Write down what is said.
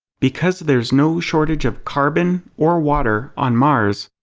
because there's no shortage of carbon or water on mars,